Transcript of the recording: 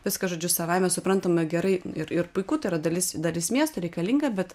viskas žodžiu savaime suprantama gerai ir ir puiku tai yra dalis dalis miesto reikalinga bet